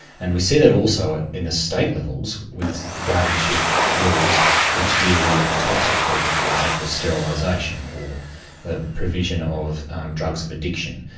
and we see that also in the state levels, with guardianship laws which deal with types of treatment for example, sterilisation, or provision of drugs of addiction.